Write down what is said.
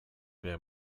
wäre